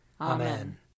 Amen